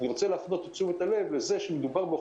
זה לגבי בתי הספר.